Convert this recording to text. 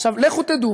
לכו תדעו.